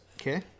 Okay